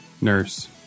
nurse